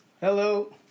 Hello